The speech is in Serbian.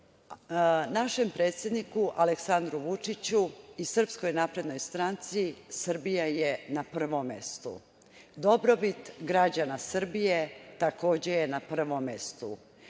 našem predsedniku Aleksandru Vučiću i SNS Srbija je na prvom mestu. Dobrobit građana Srbije, takođe, je na prvom mestu.